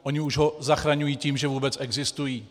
Oni už ho zachraňují tím, že vůbec existují.